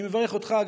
אני מברך אתכם,